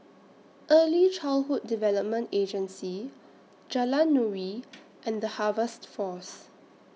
Early Childhood Development Agency Jalan Nuri and The Harvest Force